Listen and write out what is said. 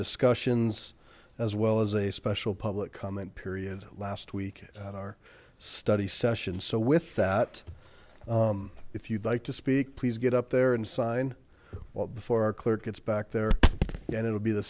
discussions as well as a special public comment period last week in our study session so with that if you'd like to speak please get up there and sign well before clerk gets back there and it will be the